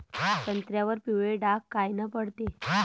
संत्र्यावर पिवळे डाग कायनं पडते?